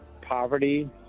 poverty